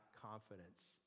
confidence